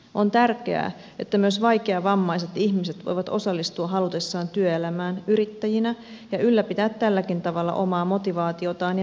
on tärkeää että myös vaikeavammaiset ihmiset voivat osallistua halutessaan työelämään yrittäjinä ja ylläpitää tälläkin tavalla omaa motivaatiotaan ja mielenterveyttään